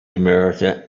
america